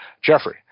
Jeffrey